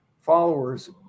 followers